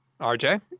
RJ